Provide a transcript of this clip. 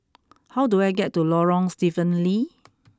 how do I get to Lorong Stephen Lee